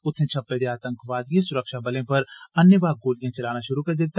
उत्थे छप्पे दे आतंकवादियें स्रक्षाबलें पर अन्नेवाह गोलियां चलाना शुरु करी दिता